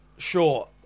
sure